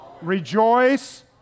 Rejoice